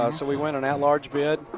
ah so we went an at large bid.